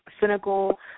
cynical